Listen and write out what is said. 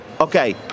Okay